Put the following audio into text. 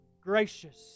gracious